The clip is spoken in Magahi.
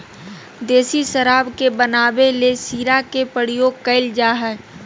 देसी शराब के बनावे ले शीरा के प्रयोग कइल जा हइ